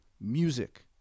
music